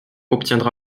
obtiendra